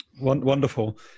Wonderful